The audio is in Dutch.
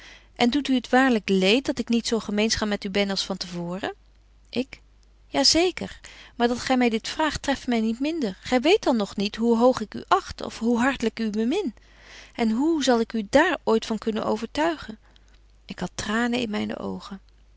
en doet het u waarlyk leet dat ik niet zo gemeenzaam met u ben als van te voren ik ja zeker maar dat gy my dit vraagt treft my niet minder gy weet dan nog niet hoe hoog ik u acht of hoe hartlyk ik u bemin en hoe zal ik u dààr ooit van kunnen overtuigen ik had tranen in myne oogen